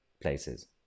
places